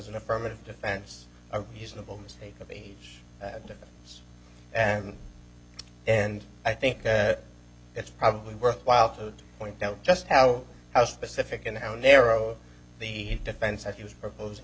an affirmative defense a reasonable mistake of age that is and and i think it's probably worthwhile to point out just how how specific and how narrow the defense that he was propos